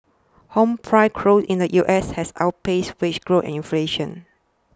home price crow in the U S has outpaced wage growth and inflation